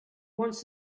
wants